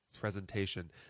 presentation